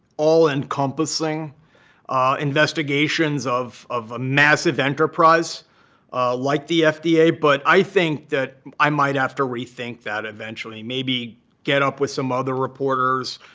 all-encompassing investigations of of a massive enterprise like the fda. but i think that i might have to rethink that eventually, maybe get up with some other reporters,